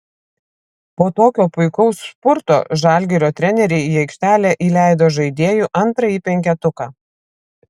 po tokio puikaus spurto žalgirio treneriai į aikštelę įleido žaidėjų antrąjį penketuką